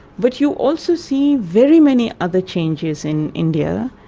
but you also see very many other changes in india,